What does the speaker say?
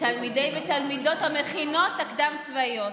תלמידי ותלמידות המכינות הקדם-צבאיות.